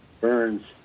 Burns